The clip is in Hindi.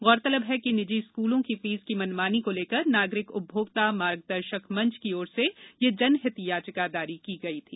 गौरतलब है कि निजी स्कूलों की फीस की मनमानी को लेकर नागरिक उपभोक्ता मार्गदर्शक मंच की ओर से यह जनहित याचिका दायर की गई थी